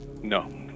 No